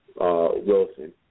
Wilson